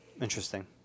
Interesting